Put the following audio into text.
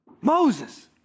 Moses